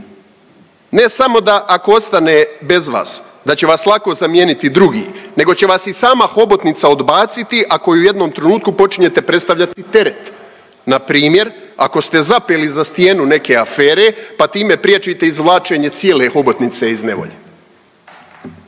Ne samo da ako ostane bez vas da će vas lako zamijeniti drugi, nego će vas i sama hobotnica odbaciti ako joj u jednom trenutku počinjete predstavljati teret. Na primjer, ako ste zapeli za stijenu neke afere, pa time priječite izvlačenje cijele hobotnice iz nevolje.